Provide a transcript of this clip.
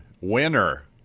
winner